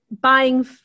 buying